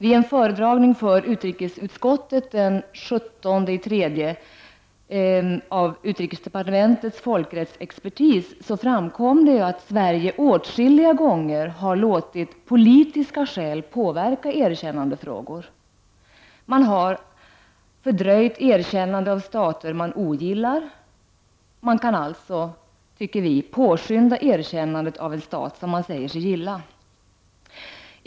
Vid en föredragning för utrikesutskottet den 17 mars av utrikesdepartementets folkrättsexpertis, framkom det att Sverige åtskilliga gånger har låtit politiska skäl påverka erkännandefrågor. Man har fördröjt erkännande av stater man ogillar. Vi tycker då att man kan påskynda erkännandet av en stat som man säger sig gilla.